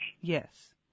Yes